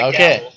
Okay